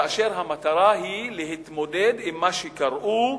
כאשר המטרה היא להתמודד עם מה שקראו: